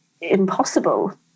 impossible